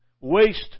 Waste